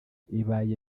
ibaye